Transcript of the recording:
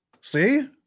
See